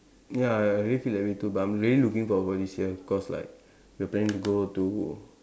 ya I really feel that way too but I'm really looking forward for this year cause like we're planning to go to